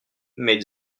made